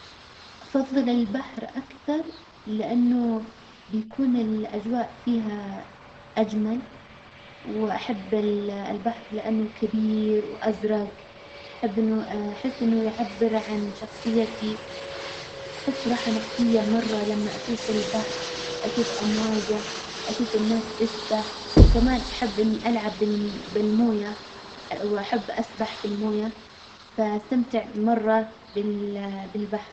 أفظل البحر أكثر، لإنه بيكون الأجواء فيها أجمل، وأحب ال- البحر لإنه كبير وأزرج، أحب إنه أحس إنه يعبر عن شخصيتي، أحس براحة نفسية مرة لما أشوف البحر، أشوف أمواجه، أشوف الناس تسبح، كمان أحب إني ألعب بال- بالموية، وأحب أسبح في الموية، فأستمتع مرة بال- بالبحر.